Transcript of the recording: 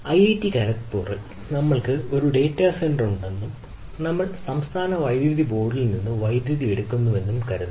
IIT ഖരഗ്പൂരിൽ നമ്മൾക്ക് ഒരു ഡാറ്റാ സെന്ററുകളുണ്ടെന്നും നമ്മൾ സംസ്ഥാന വൈദ്യുതി ബോർഡിൽ നിന്ന് വൈദ്യുതി എടുക്കുന്നുവെന്നും കരുതുക